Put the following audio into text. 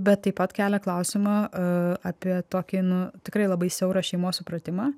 bet taip pat kelia klausimą apie tokį nu tikrai labai siaurą šeimos supratimą